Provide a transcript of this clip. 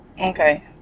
okay